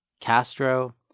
castro